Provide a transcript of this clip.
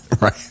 Right